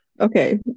okay